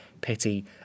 pity